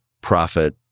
profit